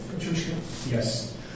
Yes